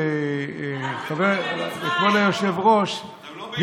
רם בן ברק (יו"ר ועדת החוץ והביטחון): חבר הכנסת אמסלם,